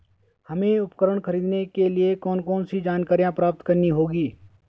हमें उपकरण खरीदने के लिए कौन कौन सी जानकारियां प्राप्त करनी होगी?